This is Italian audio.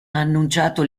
annunciato